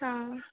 ହଁ